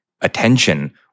attention